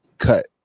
cut